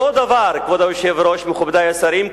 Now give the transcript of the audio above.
אותו הדבר, כבוד היושב-ראש, מכובדי השרים,